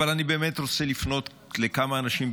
אבל אני רוצה לפנות לכמה אנשים,